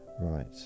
Right